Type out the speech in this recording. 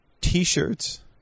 T-shirts